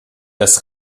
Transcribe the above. das